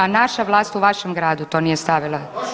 A naša vlast u vašem gradu to nije stavila?